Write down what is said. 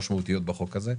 בחוק הזה.